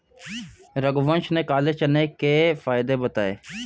रघुवंश ने काले चने के फ़ायदे बताएँ